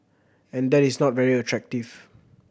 and that is not very attractive